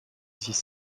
dix